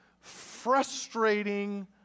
frustrating